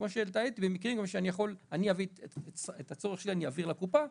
את הצורך שלי אני אעביר לקופה,